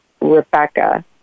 Rebecca